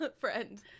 friend